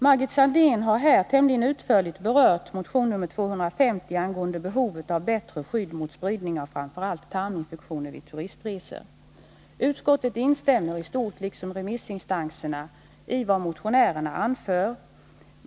Margit Sandéhn har här tämligen utförligt berört motion 250 angående behovet av bättre skydd mot spridning av framför allt tarminfektioner vid turistresor. Utskottet instämmer i stort, liksom remissinstanserna, i vad motionärerna anför.